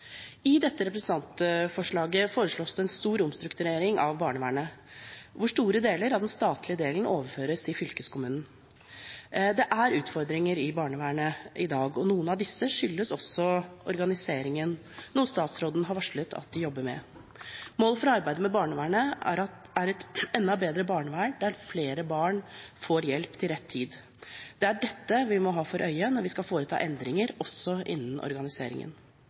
I dette representantforslaget foreslås det en stor omstrukturering av barnevernet, hvor store deler av den statlige delen overføres til fylkeskommunen. Det er utfordringer i barnevernet i dag, og noen av disse skyldes også organiseringen, noe statsråden har varslet at de jobber med. Målet for arbeidet med barnevernet er et enda bedre barnevern, der flere barn får hjelp til rett tid. Det er dette vi må ha for øye når vi skal foreta endringer, også innen organiseringen.